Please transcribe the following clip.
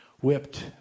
whipped